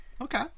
Okay